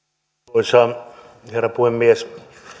arvoisa herra puhemies